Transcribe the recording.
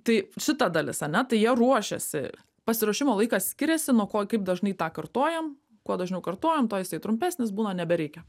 tai šita dalis ane tai jie ruošiasi pasiruošimo laikas skiriasi nuo ko kaip dažnai tą kartojam kuo dažniau kartojam tuo jisai trumpesnis būna nebereikia